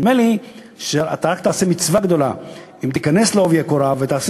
נדמה לי שאתה רק תעשה מצווה גדולה אם תיכנס בעובי הקורה ותעשה